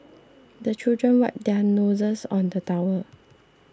the children wipe their noses on the towel